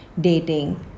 dating